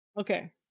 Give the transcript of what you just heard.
Okay